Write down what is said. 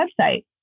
website